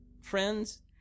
friends